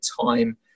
time